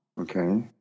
Okay